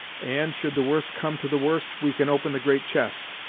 and, should the worst come to the worst, we can open the great chest,